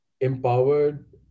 empowered